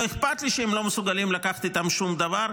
לא אכפת לי שהם לא מסוגלים לקחת איתם שום דבר.